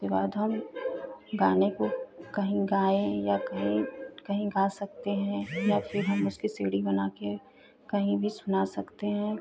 उसके बाद हम गाने को कहीं गाएँ या कहीं कहीं गा सकते हैं या फिर हम उसकी सीधी बना कर कहीं भी सुना सकते हैं